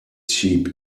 sheep